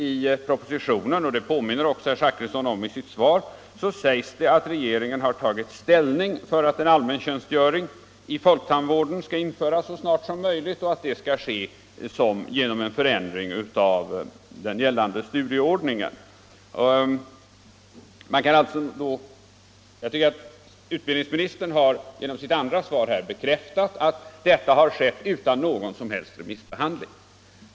I propositionen — och det påminner också herr Zachrisson om i sitt svar — sägs det att regeringen har tagit ställning för att en allmäntjänstgöring i folktandvården skall införas så snart som möjligt och att det skall ske genom en förändring av den gällande studieordningen. Utbildningsministern har genom sitt andra anförande bekräftat att detta har skett utan någon som helst remissbehandling.